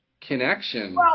connection